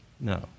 No